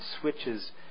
switches